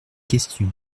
question